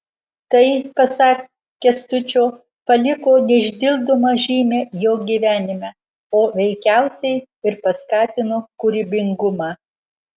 tai pasak kęstučio paliko neišdildomą žymę jo gyvenime o veikiausiai ir paskatino kūrybingumą